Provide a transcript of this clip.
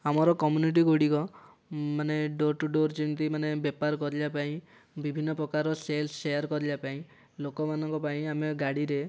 ଆମର କମ୍ୟୁନିଟି ଗୁଡ଼ିକ ମାନେ ଡୋର ଟୁ ଡୋର ଯେମିତି ମାନେ ବେପାର କରିବା ପାଇଁ ବିଭିନ୍ନ ପ୍ରକାର ସେଲ୍ ସେୟାର କରିବା ପାଇଁ ଲୋକମାନଙ୍କ ପାଇଁ ଆମେ ଗାଡ଼ିରେ